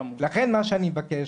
לכן מה שאני מבקש,